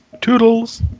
Toodles